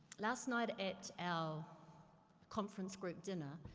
last night at our conference group dinner,